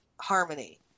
harmony